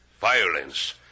Violence